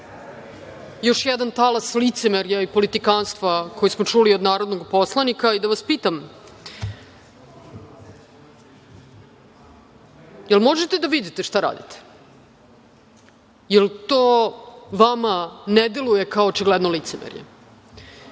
još jedan talas licemerja i politikanstva koji smo čuli od narodnog poslanika i da vas pitam da li možete da vidite šta radite? Da li to vama ne deluje kao očigledno licemerje?